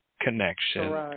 Connection